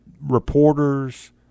reporters